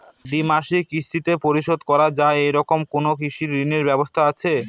দ্বিমাসিক কিস্তিতে পরিশোধ করা য়ায় এরকম কোনো কৃষি ঋণের ব্যবস্থা আছে?